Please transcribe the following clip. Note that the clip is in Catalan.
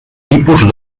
tipus